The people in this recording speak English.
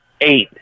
eight